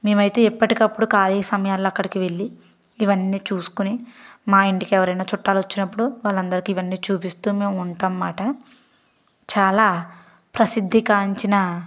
మేమైతే ఎప్పటికప్పుడు ఖాళీ సమయాల్లో అక్కడికెళ్లి ఇవన్నీ చూసుకొని మా ఇంటికి ఎవరన్నా చుట్టాలొచ్చినప్పుడు వాళ్లందరికీ మేము ఇవన్నీ చూపిస్తూ ఉంటామాట చాలా ప్రసిద్ధి గాంచిన